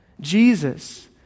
Jesus